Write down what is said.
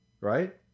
right